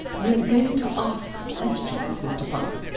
we're going to ask questions, mr funn.